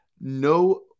no